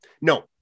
no